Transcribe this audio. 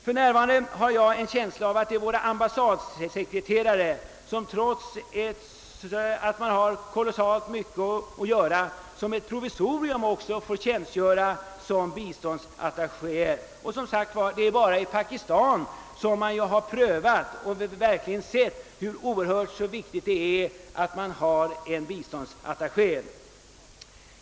Jag har en känsla av att det för när varande är våra ambassadsekreterare, vilka, trots att de har oerhört mycket att göra provisoriskt också får tjänstgöra som biståndsattachéer. Det är, som sagt, bara i Pakistan man fått möjlighet att i praktiken se hur oerhört viktigt det är att ha en biståndsattaché.